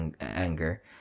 anger